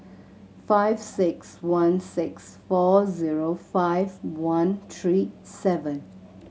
five six one six four zero five one three seven